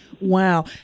Wow